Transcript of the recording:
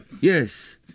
Yes